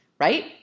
right